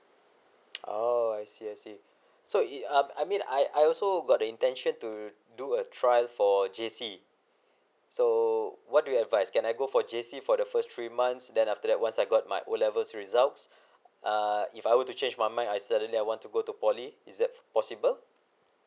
oh I see I see so it um I mean I I also got the intention to do a trial for J_C so what do you advise can I go for J_C for the first three months then after that once I got my O levels results uh if I were to change my mind I suddenly I want to go to poly is that possible